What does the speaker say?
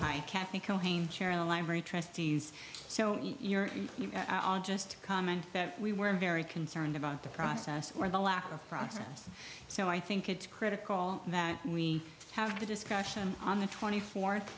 trustees so your i'll just comment that we were very concerned about the process or the lack of process so i think it's critical that we have a discussion on the twenty fourth